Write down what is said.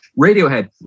radiohead